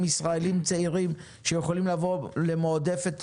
ישראלים צעירים שיכולים לבוא למועדפת,